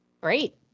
Great